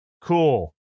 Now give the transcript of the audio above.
Cool